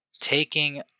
taking